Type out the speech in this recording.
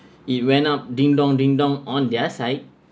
it went up ding dong ding dong on their site